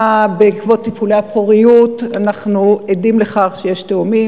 בעקבות טיפולי הפוריות אנחנו עדים לתאומים,